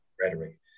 rhetoric